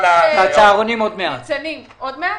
על הצהרונים, זה הדיון הבא.